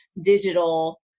digital